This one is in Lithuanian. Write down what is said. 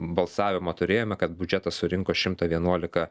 balsavimą turėjome kad biudžetas surinko šimtą vienuolika